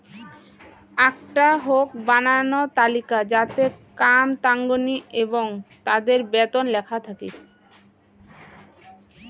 আকটা থোক বানানো তালিকা যাতে কাম তাঙনি এবং তাদের বেতন লেখা থাকি